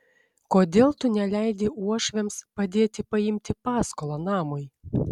kodėl tu neleidi uošviams padėti paimti paskolą namui